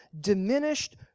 diminished